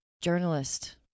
journalist